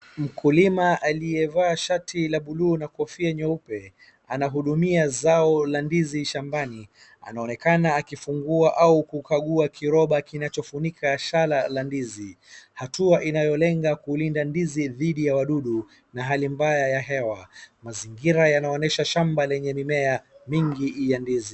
Mkulima aliyevaa shati la buluu na kofia nyeupe, anahudumia zao la ndizi shambani, anaonekana akifungua au kukagua kiroba kinachofunika shala la ndizi. Hatua inayolenga kulinda ndizi dhidi ya wadudu na hali mbaya ya hewa, Mazingira yanaonyesha shamba lenye mimea mingi ya ndizi.